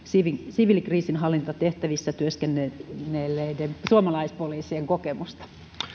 siviilikriisinhallintatehtävissä työskennelleiden suomalaispoliisien kokemusta